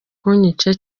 kunyica